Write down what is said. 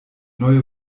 neue